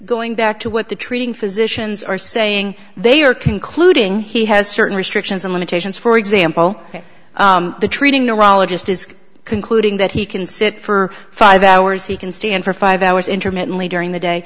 going back to what the treating physicians are saying they are concluding he has certain restrictions and limitations for example the treating neurologist is concluding that he can sit for five hours he can stand for five hours intermittently during the day